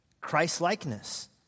Christ-likeness